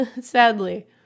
sadly